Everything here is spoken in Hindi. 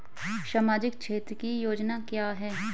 सामाजिक क्षेत्र की योजना क्या है?